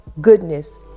goodness